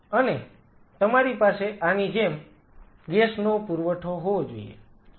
અને તમારી પાસે આની જેમ ગેસ નો પુરવઠો હોવો જોઈએ